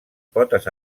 potes